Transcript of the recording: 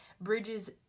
bridges